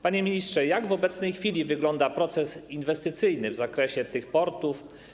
Panie ministrze, jak w obecnej chwili wygląda proces inwestycyjny w zakresie tych portów?